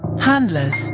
handlers